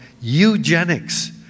eugenics